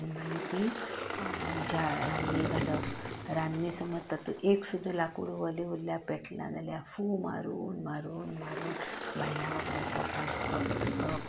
आनी मागीर तीं उज्या रान्नीक घालप रान्नी समज तातून एक सुद्दां लांकूड वलें उरल्यार पेटना जाल्यार फुं मारून मारून मारून बायलां बाबड्यांक पोटान दुखप थकप